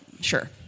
Sure